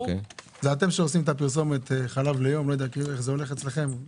אתם עושים את הפרסומת הזו של מסטיק ליום ובסוף יש לך